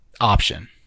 option